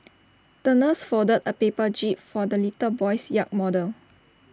the nurse folded A paper jib for the little boy's yacht model